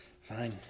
Fine